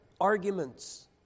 arguments